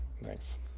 Nice